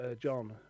John